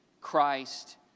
Christ